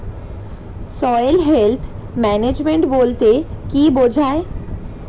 Soil health management বলতে কি বুঝায়?